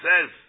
says